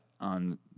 on